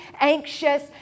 anxious